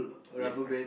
yes correct